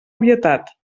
obvietat